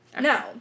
No